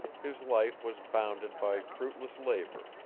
his life was bounded by fruitless labor,